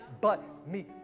but-me